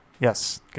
Yes